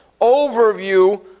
overview